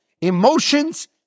emotions